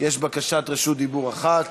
יש בקשת רשות דיבור אחת.